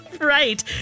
Right